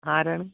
ആരാണ്